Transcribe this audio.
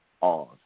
on